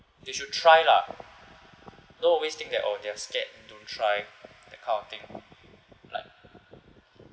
they should try lah don't always think that oh they're scared don't try that kind of thing like